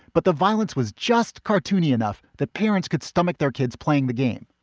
but the violence was just cartoony enough that parents could stomach their kids playing the game.